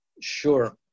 Sure